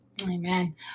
Amen